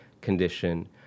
condition